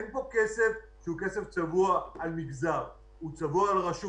אין פה כסף צבוע על מגזר, הוא צבוע על רשות.